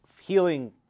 healing